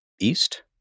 East